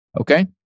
Okay